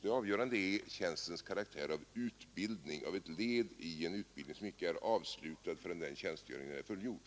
Det avgörande är tjänstens karaktär av utbildning, av ett led i en utbildning som inte är avslutad förrän den tjänstgöringen är fullgjord.